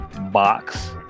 box